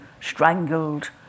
strangled